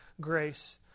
grace